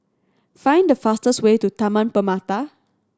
find the fastest way to Taman Permata